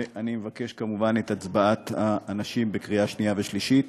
ואני מבקש כמובן את הצבעת האנשים בקריאה שנייה ושלישית.